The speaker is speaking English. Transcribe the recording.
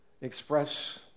express